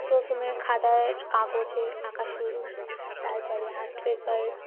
প্রথমে খাতার কাগজে আঁকা শুরু তারপরে আর্ট পেপার